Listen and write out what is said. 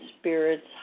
spirit's